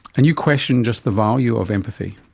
and you question just the value of empathy.